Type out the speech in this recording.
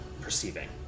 perceiving